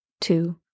Two